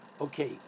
Okay